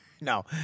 No